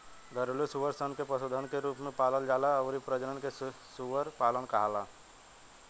घरेलु सूअर सन के पशुधन के रूप में पालल जाला अउरी प्रजनन के सूअर पालन कहाला